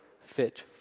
fit